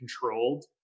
controlled